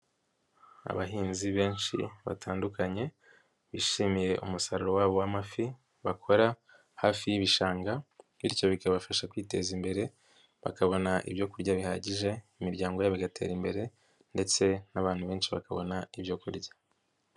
Abahinzi benshi batandukanye bishimiye umusaruro wabo w'amafi bakora hafi y'ibishanga, bityo bikabafasha kwiteza imbere bakabona ibyo kurya bihagije, imiryango yabo igatera imbere, ndetse n'abantu benshi bakabona ibyo kurya.